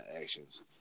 actions